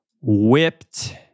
whipped